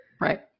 Right